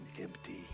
empty